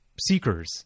Seekers